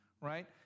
right